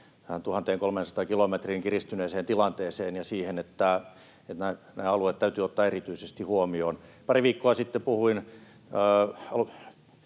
1 300 kilometriin, kiristyneeseen tilanteeseen ja siihen, että nämä alueet täytyy ottaa erityisesti huomioon. Pari viikkoa sitten puhuin